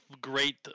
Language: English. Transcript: great